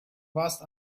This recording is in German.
warst